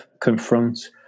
confront